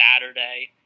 Saturday